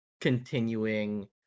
continuing